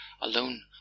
alone